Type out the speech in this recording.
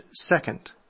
second